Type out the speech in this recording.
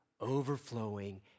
overflowing